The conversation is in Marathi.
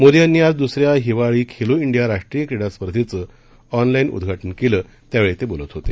मोदी यांनी आज दुसऱ्या हिवाळी खेलो इंडिया राष्ट्रीय क्रीडा स्पर्धेचं ऑनलाईन माध्यमातून उद्घाटन केलं त्यावेळी ते बोलत होते